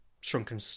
shrunken